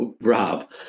Rob